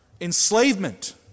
enslavement